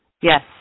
yes